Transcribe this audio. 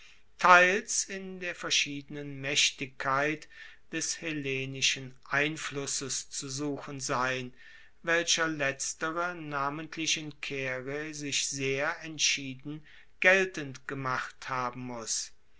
teils in der verschiedenen maechtigkeit des hellenischen einflusses zu suchen sein welcher letztere namentlich in caere sich sehr entschieden geltend gemacht haben muss